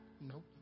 Nope